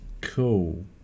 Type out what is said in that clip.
Cool